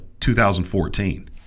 2014